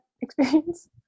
experience